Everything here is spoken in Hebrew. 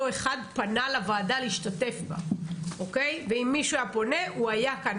אחד פנה לוועדה להשתתף בה ואם מישהו היה פונה הוא היה כאן.